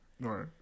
Right